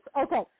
Okay